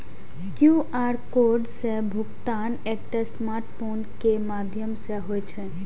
QR code सं भुगतान एकटा स्मार्टफोन के माध्यम सं होइ छै